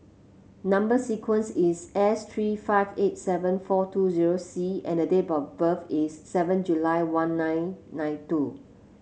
number sequence is S three five eight seven four two zero C and the date of birth is seven July one nine nine two